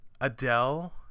Adele